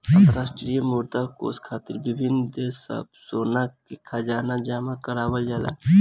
अंतरराष्ट्रीय मुद्रा कोष खातिर विभिन्न देश सब सोना के खजाना जमा करावल जाला